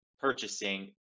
purchasing